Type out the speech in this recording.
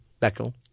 Beckel